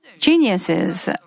geniuses